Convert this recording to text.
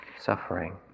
suffering